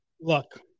Look